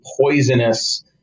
poisonous